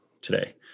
today